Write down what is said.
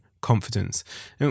confidence